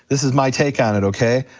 this is my take on it, okay?